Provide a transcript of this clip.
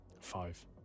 Five